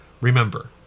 remember